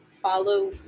follow